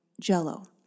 jello